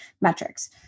metrics